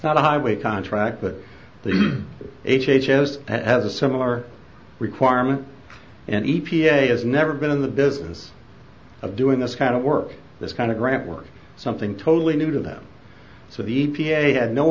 not a highway contract but the h h s has a similar requirement and e p a has never been in the business of doing this kind of work this kind of grant work something totally new to them so the e p a had no